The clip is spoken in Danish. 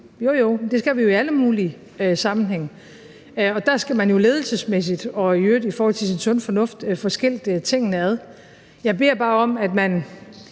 Jo, jo, men det skal vi jo i alle mulige sammenhænge. Og der skal man jo ledelsesmæssigt og i øvrigt i forhold til sin sunde fornuft få skilt tingene ad. Jeg beder bare om, at man